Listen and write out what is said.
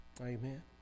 Amen